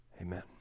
Amen